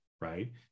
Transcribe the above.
right